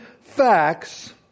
facts